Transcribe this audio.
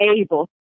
able